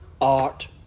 art